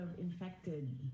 infected